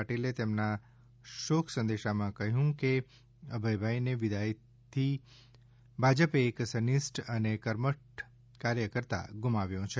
પાટિલે પોતાના શોક સંદેશા માં કહ્યું છે કે અભયભાઇ ને વિદાય થી ભાજપે એક સન્નિષ્ઠ અને કર્મઠ કાર્યકર્તા ગુમાવ્યો છે